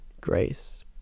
grace